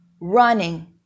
running